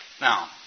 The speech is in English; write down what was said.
Now